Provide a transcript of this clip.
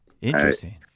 Interesting